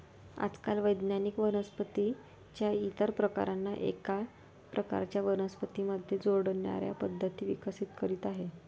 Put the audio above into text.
आजकाल वैज्ञानिक वनस्पतीं च्या इतर प्रकारांना एका प्रकारच्या वनस्पतीं मध्ये जोडण्याच्या पद्धती विकसित करीत आहेत